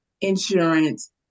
insurance